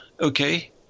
okay